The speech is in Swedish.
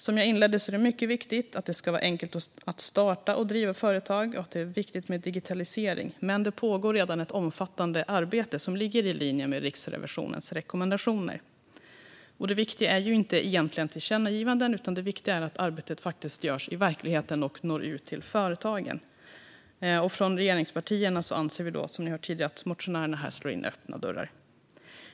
Som jag inledde med att säga är det mycket viktigt att det ska vara enkelt att starta och driva företag. Det är också viktigt med digitalisering. Men det pågår redan ett omfattande arbete som ligger i linje med Riksrevisionens rekommendationer. Det viktiga är ju egentligen inte tillkännagivanden, utan det viktiga är att arbetet faktiskt görs i verkligheten och når ut till företagen. Från regeringspartierna anser vi, som ni har hört tidigare, att motionärerna slår in öppna dörrar.